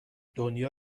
دنیا